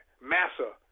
Massa